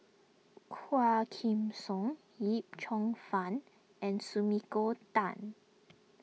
Quah Kim Song Yip Cheong Fun and Sumiko Tan